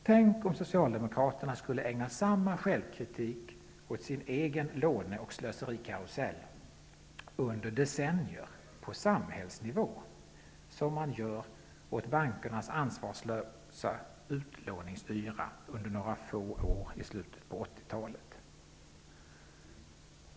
Tänk om Socialdemokraterna skulle kritisera den egna låne och slöserikarusellen under decennier på samhällsnivå lika mycket som de kritiserar bankernas ansvarslösa utlåningsyra under några få år i slutet av 80-talet!